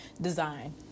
design